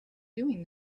doing